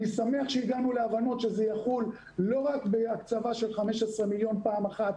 אני שמח שהגענו להבנות שזה יחול לא רק בהקצבה של 15 מיליון פעם אחת,